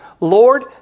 Lord